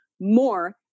more